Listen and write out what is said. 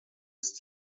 ist